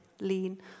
Lean